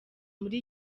muri